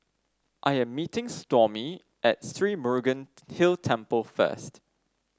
I'm meeting Stormy at Sri Murugan Hill Temple first